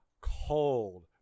cold